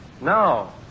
No